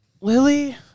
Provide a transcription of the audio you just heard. Lily